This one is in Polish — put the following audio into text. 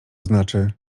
znaczy